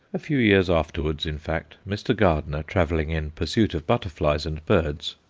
a few years afterwards, in fact, mr. gardner, travelling in pursuit of butterflies and birds,